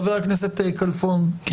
חה"כ כלפון, בבקשה.